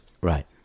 Right